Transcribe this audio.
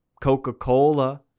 Coca-Cola